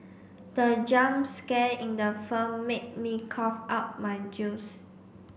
the jump scare in the film made me cough out my juice